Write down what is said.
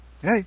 Hey